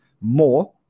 more